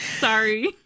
Sorry